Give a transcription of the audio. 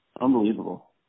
unbelievable